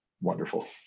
wonderful